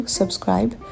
subscribe